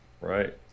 Right